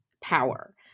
power